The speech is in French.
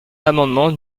l’amendement